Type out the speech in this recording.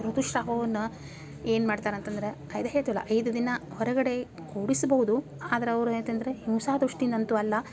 ಋತುಸ್ರಾವವನ್ನ ಏನು ಮಾಡ್ತಾರ್ ಅಂತಂದರೆ ಅದೇ ಹೇಳ್ತೀವಲ್ಲ ಐದು ದಿನ ಹೊರಗಡೆ ಕೂಡಿಸಬಹುದು ಆದ್ರ ಅವ್ರು ಏನೈತಂದರೆ ಹಿಂಸಾ ದೃಷ್ಟಿಯಿಂದ್ ಅಂತೂ ಅಲ್ಲ